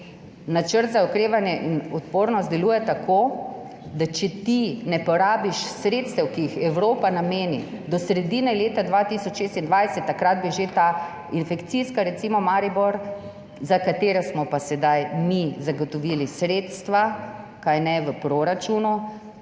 Načrt za okrevanje in odpornost deluje tako, da če ti ne porabiš sredstev, ki jih Evropa nameni do sredine leta 2026, takrat bi že recimo ta infekcijska [klinika] v Mariboru, za katero smo pa sedaj mi zagotovili sredstva v proračunu,